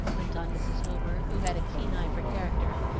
went on mrs. homer, who had a keen eye for character,